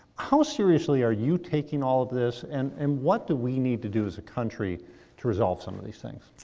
how seriously are you taking all of this and and what do we need to do as a country to resolve some of these things?